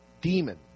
demon